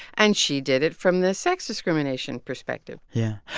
and she did it from the sex-discrimination perspective yeah.